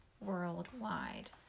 worldwide